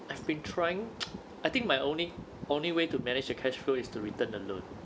I've been trying I think my only only way to manage the cash flow is to return the loan